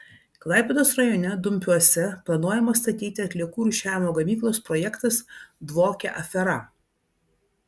klaipėdos rajone dumpiuose planuojamos statyti atliekų rūšiavimo gamyklos projektas dvokia afera